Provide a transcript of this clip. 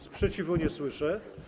Sprzeciwu nie słyszę.